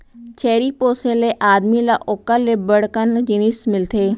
छेरी पोसे ले आदमी ल ओकर ले बड़ कन जिनिस मिलथे